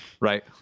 Right